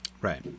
Right